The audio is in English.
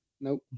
Nope